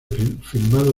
firmado